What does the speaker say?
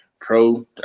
pro